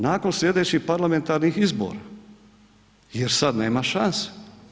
Nakon sljedećih parlamentarnih izbora jer sada nema šanse.